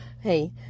hey